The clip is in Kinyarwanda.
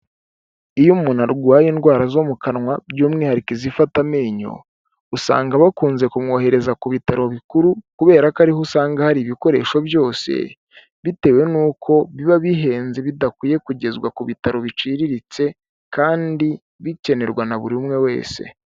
Iyo umuntu arwaye indwara zo mu kanwa by'umwihariko izifata amenyo, usanga bakunze kumwohereza ku bitaro bikuru, kubera ko ariho usanga hari ibikoresho byose, bitewe n'uko biba bihenze bidakwiye kugezwa ku bitaro biciriritse kandi bikenerwa na buri umwe wese.